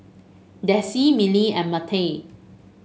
Dessie Mylee and Mattye